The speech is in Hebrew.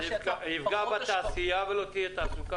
וזה יפגע בתעשייה ולא תהיה תעסוקה.